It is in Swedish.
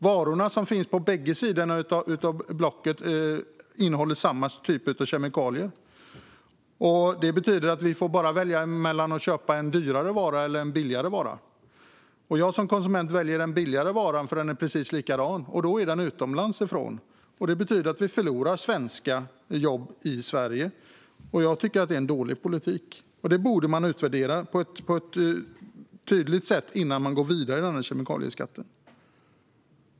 Varorna på bägge sidor innehåller samma typ av kemikalier. Det betyder att vi bara kan välja mellan en dyrare vara och en billigare vara. Jag som konsument väljer den billigare varan, för den är precis likadan. Då är den utomlands ifrån, och det betyder att vi förlorar jobb i Sverige. Jag tycker att detta är en dålig politik. Man borde utvärdera detta på ett tydligt sätt innan man går vidare med kemikalieskatten.